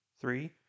three